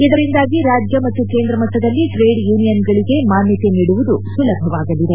ಇದರಿಂದಾಗಿ ರಾಜ್ಯ ಮತ್ತು ಕೇಂದ್ರ ಮಟ್ವದಲ್ಲಿ ಟ್ರೇಡ್ ಯೂನಿಯನ್ಗಳಿಗೆ ಮಾನ್ಯತೆ ನೀಡುವುದು ಸುಲಭವಾಗಲಿದೆ